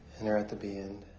enter at the b end.